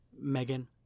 Megan